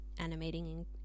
animating